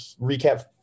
recap